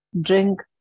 drink